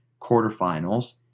quarterfinals